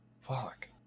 Fuck